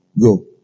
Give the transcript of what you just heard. go